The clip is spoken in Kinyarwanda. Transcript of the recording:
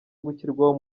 gushyirwaho